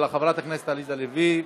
של חברת הכנסת עליזה לביא.